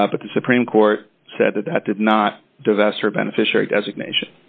but the supreme court said that that did not divest her beneficiary designation